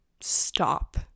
stop